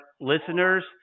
listeners